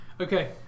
Okay